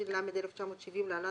התש"ל 1970‏ (להלן,